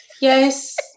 yes